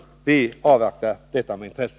Vi avvaktar detta med intresse.